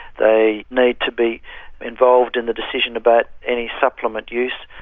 they need to be involved in the decision about any supplement use.